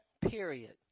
Period